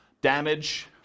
Damage